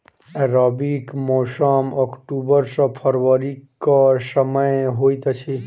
रबीक मौसम अक्टूबर सँ फरबरी क समय होइत अछि